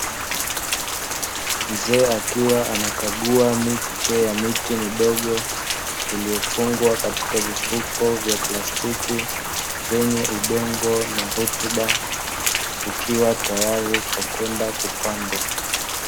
Mzee akiwa anakagua miche ya miti midogo, iliyofungwa katika vivuko vya plastiki vyenye udongo na rutuba, vikiwa tayari kwa kwenda kupandwa.